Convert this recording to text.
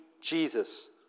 Jesus